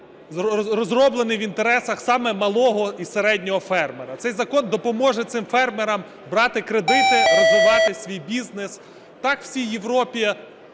розроблений в інтересах саме малого і середнього фермера. Цей закон допоможе цим фермерам брати кредити, розвивати свій бізнес. Так у всій Європі